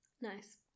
Nice